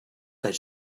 that